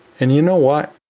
and you know what?